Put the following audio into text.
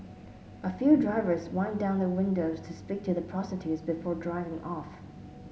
a few drivers wind down their windows to speak to the prostitutes before driving off